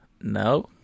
No